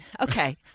Okay